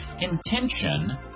intention